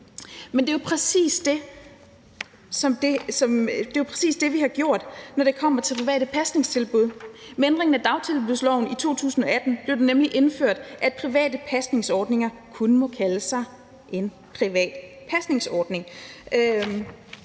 Men det er jo præcis det, vi har gjort, når det kommer til private pasningstilbud. Med ændringen af dagtilbudsloven i 2018 blev det nemlig indført, at private pasningsordninger kun må kalde sig en privat pasningsordning,